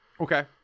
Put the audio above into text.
Okay